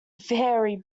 very